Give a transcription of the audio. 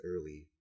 early